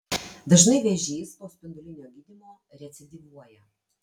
dažnai vėžys po spindulinio gydymo recidyvuoja